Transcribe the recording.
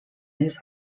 his